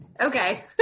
Okay